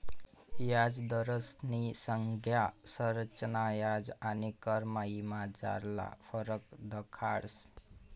याजदरस्नी संज्ञा संरचना याज आणि कमाईमझारला फरक दखाडस